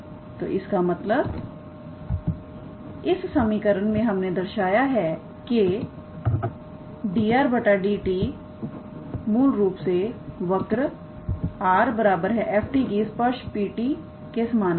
तो इसका मतलब इस समीकरण में हमने दर्शाया है कि 𝑑𝑟⃗ 𝑑𝑡 मूल रूप से वर्क 𝑟⃗ 𝑓⃗𝑡 की स्पर्श PT के समानांतर है